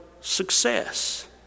success